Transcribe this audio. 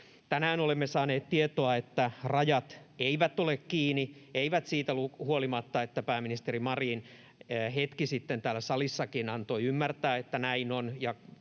Tänään olemme saaneet tietoa, että rajat eivät ole kiinni, eivät siitä huolimatta, että pääministeri Marin hetki sitten täällä salissakin antoi ymmärtää, että näin on